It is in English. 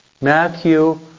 Matthew